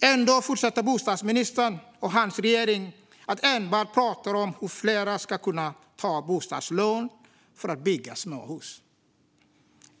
Ändå fortsätter bostadsministern och hans regering att enbart prata om hur fler ska kunna ta bostadslån för att bygga småhus.